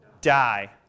die